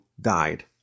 died